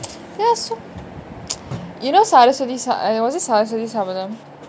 yes so you know sarasvathi sa~ err was it sarasvathisabatham